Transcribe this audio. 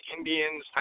Indians